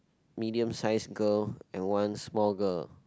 medium sized girl and one small girl